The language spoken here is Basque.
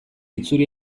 itzuri